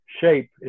shape